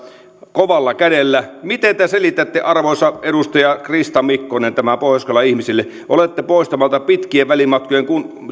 kovalla kädellä miten te selitätte arvoisa edustaja krista mikkonen tämän pohjois karjalan ihmisille olette poistamassa pitkien välimatkojen